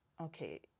okay